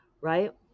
right